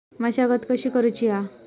मशागत कशी करूची हा?